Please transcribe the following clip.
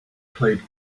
played